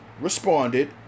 Responded